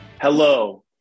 Hello